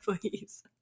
please